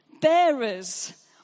bearers